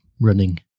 running